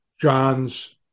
John's